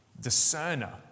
discerner